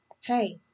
hey